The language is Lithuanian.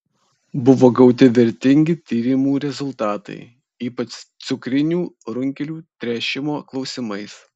buvo gauti vertingi tyrimų rezultatai ypač cukrinių runkelių tręšimo klausimais